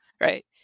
right